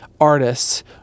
artists